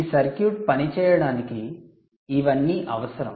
ఈ సర్క్యూట్ పనిచేయడానికి ఇవన్నీ అవసరం